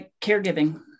caregiving